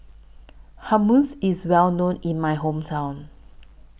Hummus IS Well known in My Hometown